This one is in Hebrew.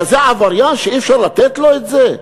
כזה עבריין שאי-אפשר לתת לו את זה?